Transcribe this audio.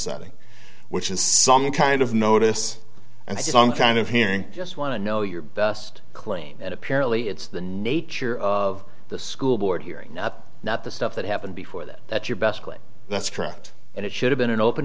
setting which is some kind of notice and some kind of hearing just want to know your best claim that apparently it's the nature of the school board hearing up not the stuff that happened before that that's your best play that's correct and it should have been an open